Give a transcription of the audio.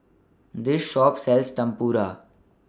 This Shop sells Tempura